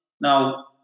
Now